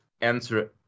answer